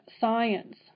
science